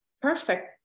perfect